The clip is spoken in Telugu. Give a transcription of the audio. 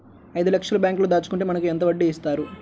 ఐదు లక్షల బ్యాంక్లో దాచుకుంటే మనకు ఎంత వడ్డీ ఇస్తారు?